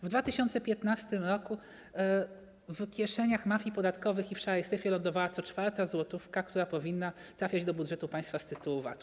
W 2015 r. w kieszeniach mafii podatkowych i w szarej strefie lądowała co czwarta złotówka, która powinna trafiać do budżetu państwa z tytułu VAT-u.